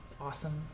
awesome